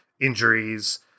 injuries